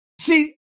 see